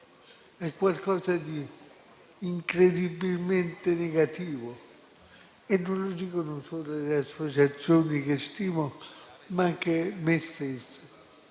è qualcosa di incredibilmente negativo. Questo non lo dicono solo le associazioni che stimo, ma anche io stesso.